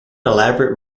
elaborate